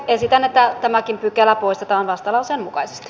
ehdotan että tämäkin pykälä poistetaan vastalauseen mukaisesti